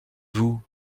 vous